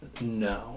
no